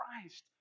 Christ